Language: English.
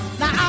now